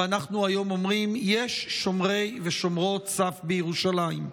ואנחנו היום אומרים: יש שומרי ושומרות סף בירושלים.